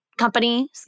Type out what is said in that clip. company